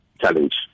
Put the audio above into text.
challenge